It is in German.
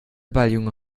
balljunge